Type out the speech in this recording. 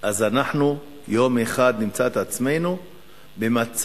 אז אנחנו יום אחד נמצא את עצמנו במצב,